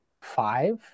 five